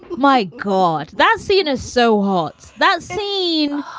my god that scene is so hot. that scene,